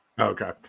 Okay